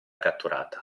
catturata